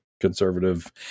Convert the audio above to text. conservative